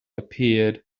appeared